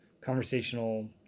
conversational